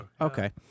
okay